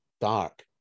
dark